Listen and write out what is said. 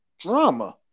drama